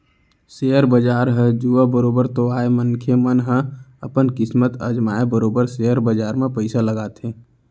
share बजार ह जुआ बरोबर तो आय मनखे मन ह अपन किस्मत अजमाय बरोबर सेयर बजार म पइसा लगाथे